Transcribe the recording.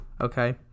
Okay